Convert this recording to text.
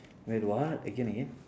wait what again again